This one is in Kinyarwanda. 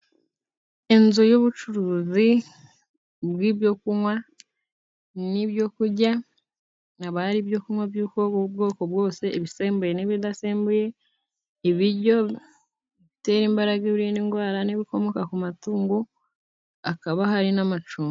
Inzu y'ubucuruzi bw'ibyo kunywa n'ibyo kujya, hakaba hari ibyo kunywa byo kunywa by'ubwoko bwose, ibisembuye n'ibidasembuye, ibijyo bitera imbaraga, ibirinda indwara n'ibikomoka ku matungo hakaba hari n'amacumbi.